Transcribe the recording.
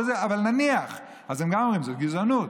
אבל נניח, הם גם אומרים: זאת גזענות.